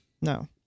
No